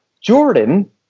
Jordan